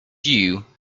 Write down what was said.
you